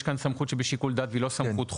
יש כאן סמכות שהיא בשיקול דעת והיא לא סמכות חובה.